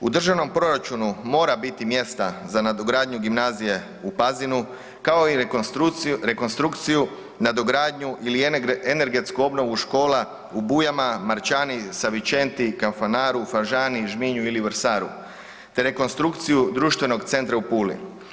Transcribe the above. U državnom proračunu mora biti mjesta za nadogradnju Gimnazije u Pazinu kao i rekonstrukciju, nadogradnju ili energetsku obnovu škola u Bujama, Marčani, Svetvinčenti, Kanfanaru, Fažani, Žminju ili Vrsaru te rekonstrukciju Društvenog centra u Puli.